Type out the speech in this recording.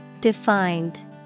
defined